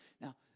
Now